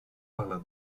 tahle